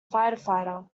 firefighter